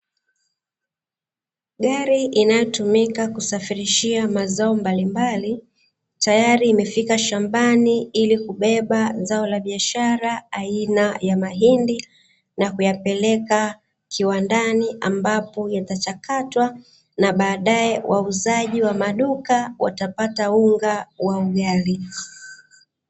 Gari inayotumika kusafirishia mazao mbalimbali, tayari imefika shambani ili kubeba zao la biashara aina ya mahindi na kuyapeleka kiwandani ambapo yatachakatwa na baadaye wauzaji wa maduka watapata unga wa ugali.